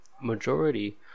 majority